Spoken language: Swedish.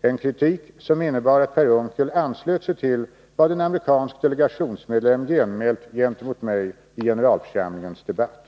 en kritik som innebar att Per Unckel anslöt sig till vad en amerikansk delegationsmedlem genmält gentemot mig i generalförsamlingens debatt.